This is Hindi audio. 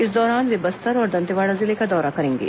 इस दौरान वे बस्तर और दंतेवाड़ा जिले का दौरा करेंगे